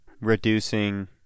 reducing